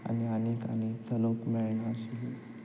आनी आनीक आनी चलूंक मेळना आशिल्लें